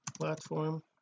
platform